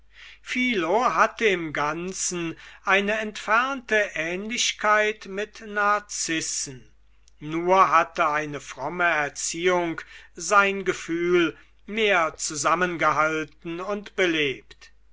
philo hatte im ganzen eine entfernte ähnlichkeit mit narzissen nur hatte eine fromme erziehung sein gefühl mehr zusammengehalten und belebt